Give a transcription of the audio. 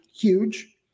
huge